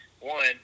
One